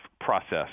process